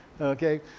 Okay